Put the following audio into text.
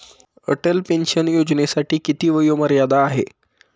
Atal pension योजनेसाठी किती वयोमर्यादा आहे?